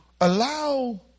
allow